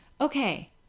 Okay